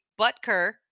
Butker